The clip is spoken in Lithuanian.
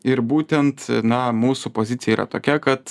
ir būtent na mūsų pozicija yra tokia kad